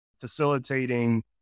facilitating